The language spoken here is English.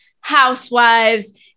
housewives